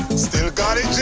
still got it